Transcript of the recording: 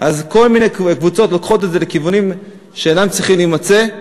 כל מיני קבוצות לוקחות את זה לכיוונים שאין צורך להימצא בהם.